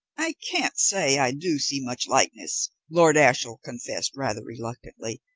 i can't say i do see much likeness, lord ashiel confessed rather reluctantly.